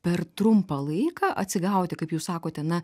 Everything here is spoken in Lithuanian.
per trumpą laiką atsigauti kaip jūs sakote na